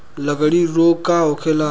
लगड़ी रोग का होखेला?